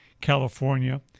California